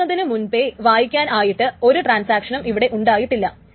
എഴുതുന്നതിനു മുൻപേ വായിക്കാൻ ആയിട്ട് ഒരു ട്രാൻസാക്ഷനും ഇവിടെ ഉണ്ടായിട്ടില്ല